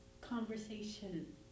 conversation